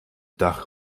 dach